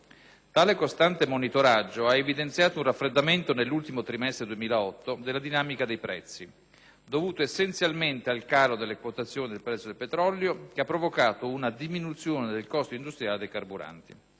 Tale costante monitoraggio ha evidenziato un raffreddamento nell'ultimo trimestre 2008 della dinamica dei prezzi, dovuto essenzialmente al calo delle quotazioni del prezzo del petrolio, che ha provocato una diminuzione del costo industriale dei carburanti.